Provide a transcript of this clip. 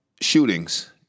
shootings